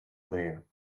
bare